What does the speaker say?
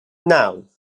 naw